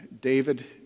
David